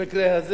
במקרה הזה.